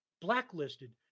blacklisted